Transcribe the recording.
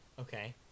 Okay